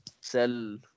sell